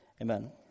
Amen